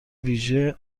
ویژه